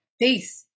peace